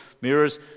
mirrors